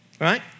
Right